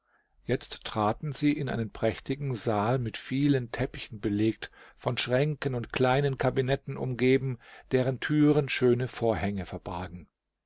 jetzt traten sie in einen prächtigen saal mit vielen teppichen belegt von schränken und kleinen kabinetten umgeben deren türen schöne vorhänge verbargen